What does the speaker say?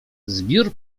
zbiór